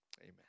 Amen